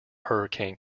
hurricane